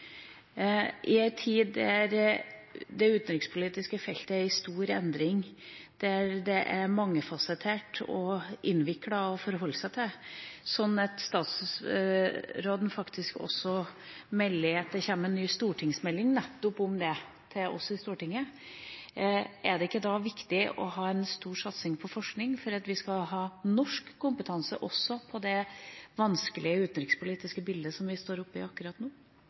I en tid der det utenrikspolitiske feltet er i stor endring, der det er mangefasettert og innviklet å forholde seg til, sånn at utenriksministeren faktisk også melder at det kommer en ny stortingsmelding nettopp om det til oss i Stortinget, er det ikke da viktig å ha en stor satsing på forskning for at vi skal ha norsk kompetanse også i det vanskelige utenrikspolitiske bildet som vi står oppe i akkurat nå?